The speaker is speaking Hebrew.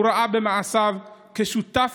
במעשיו הוא ראה את עצמו כשותף